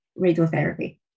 radiotherapy